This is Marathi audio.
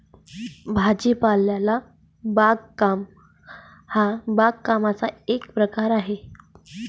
भाजीपाला बागकाम हा बागकामाचा एक प्रकार आहे